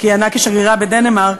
שכיהנה כשגרירה בדנמרק,